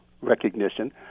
recognition